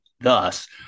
thus